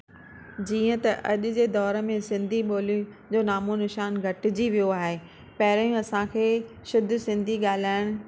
जीअं त अॼु जे दौर में सिंधी ॿोलीअ जो नामो निशान घटि जी वियो आहे पहिरें असांखे शुद्ध सिंधी ॻाल्हाइणु